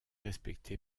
respecté